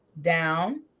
down